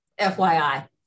FYI